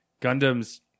Gundam's